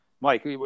Mike